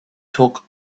took